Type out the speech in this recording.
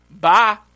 Bye